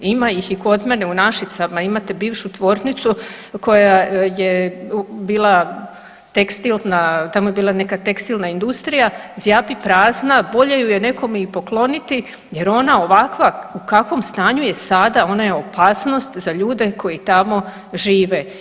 Ima ih i kod mene u Našicama, imate bivšu tvornicu koja je bila tekstilna, tamo je bila neka tekstilna industrija, zjapi prazna, bolje ju je nekome i pokloniti jer ona ovakva u kakvom stanju je sada, ona je opasnost za ljude koji tamo žive.